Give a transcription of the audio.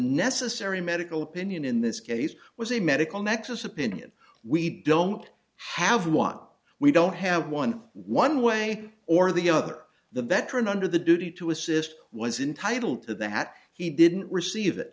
necessary medical opinion in this case was a medical nexus opinion we don't have one we don't have one one way or the other the veteran under the duty to assist was entitle to that he didn't receive it that